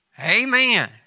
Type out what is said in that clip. Amen